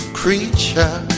creature